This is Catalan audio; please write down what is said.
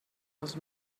els